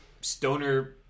stoner